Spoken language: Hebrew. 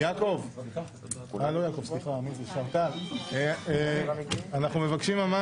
זה השלמת התיאבון